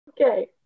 Okay